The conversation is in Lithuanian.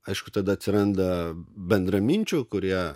aišku tada atsiranda bendraminčių kurie